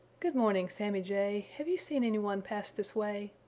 good morning, sammy jay, have you seen any one pass this way?